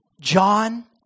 John